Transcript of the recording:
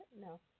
No